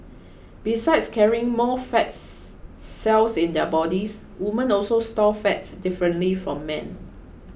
besides carrying more fats cells in their bodies women also store fat differently from men